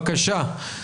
בבקשה.